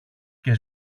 και